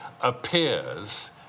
appears